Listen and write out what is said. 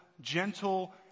gentle